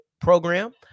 program